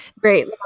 great